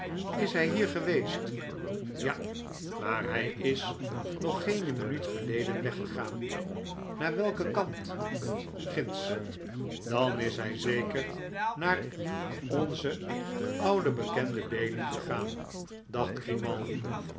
is hij hier geweest ja maar hij is nog geene minuut geleden weggegaan naar welken kant ginds dan is hij zeker naar onze ouden bekende bailey gegaan dacht grimaldi